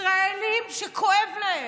ישראלים שכואב להם.